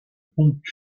pompes